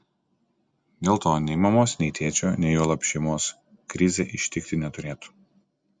dėl to nei mamos nei tėčio nei juolab šeimos krizė ištikti neturėtų